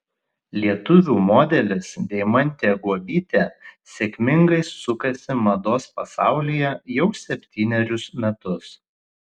lietuvių modelis deimantė guobytė sėkmingai sukasi mados pasaulyje jau septynerius metus